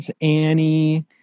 annie